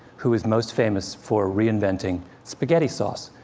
who is most famous for reinventing spaghetti sauce.